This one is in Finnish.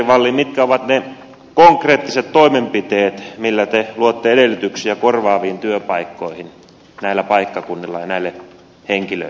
mitkä ovat ne konkreettiset toimenpiteet millä te luotte edellytyksiä korvaaviin työpaikkoihin näillä paikkakunnilla ja näille henkilöille